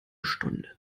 stunde